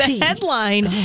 headline